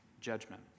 judgment